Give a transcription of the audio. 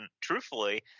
truthfully